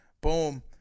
boom